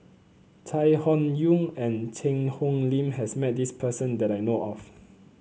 Chai Hon Yoong and Cheang Hong Lim has met this person that I know of